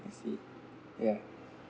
I see ya